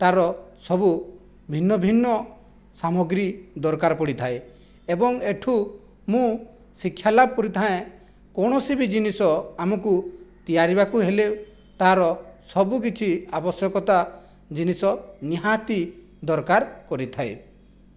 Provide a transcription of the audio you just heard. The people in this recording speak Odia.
ତାର ସବୁ ଭିନ୍ନ ଭିନ୍ନ ସାମଗ୍ରୀ ଦରକାର ପଡ଼ିଥାଏ ଏବଂ ଏଠୁ ମୁଁ ଶିକ୍ଷାଲାଭ କରିଥାଏଁ କୌଣସି ବି ଜିନିଷ ଆମକୁ ତିଆରିବାକୁ ହେଲେ ତାର ସବୁ କିଛି ଆବଶ୍ୟକତା ଜିନିଷ ନିହାତି ଦରକାର କରିଥାଏ